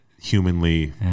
humanly